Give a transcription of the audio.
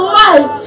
life